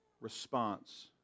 response